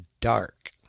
dark